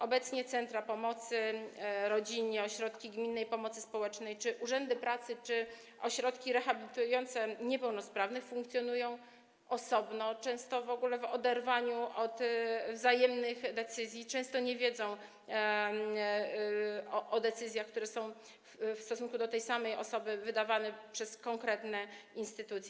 Obecnie centra pomocy rodzinie, ośrodki gminnej pomocy społecznej czy urzędy pracy, czy ośrodki rehabilitujące niepełnosprawnych funkcjonują osobno, często w ogóle w oderwaniu od wzajemnych decyzji, często nie wiedzą o decyzjach, które są w stosunku do tej samej osoby wydawane przez inne instytucje.